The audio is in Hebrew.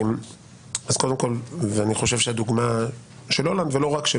אני חושב שהדוגמה של הולנד ולא רק של